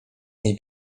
nie